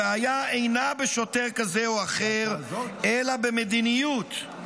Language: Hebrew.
הבעיה אינה בשוטר כזה או אחר אלא במדיניות,